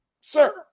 sir